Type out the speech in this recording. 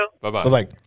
Bye-bye